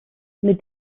mit